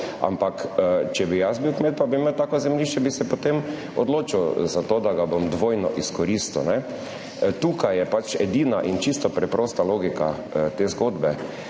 ampak če bi bil jaz kmet in bi imel tako zemljišče, bi se potem odločil za to, da ga bom dvojno izkoristil, kajne. To je pač edina in čisto preprosta logika te zgodbe.